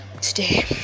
today